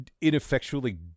ineffectually